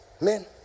man